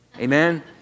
Amen